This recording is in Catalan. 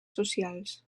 socials